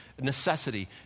necessity